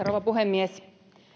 rouva puhemies